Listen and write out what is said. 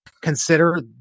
consider